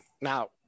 now